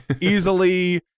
easily